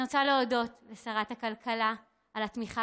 אני רוצה להודות לשרת הכלכלה על התמיכה